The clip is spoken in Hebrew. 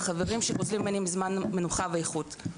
החברים שגוזלים ממני זמן עבודה ונכות.